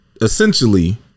Essentially